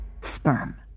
sperm